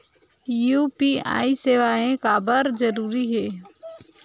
UPI सेवाएं काबर जरूरी हे?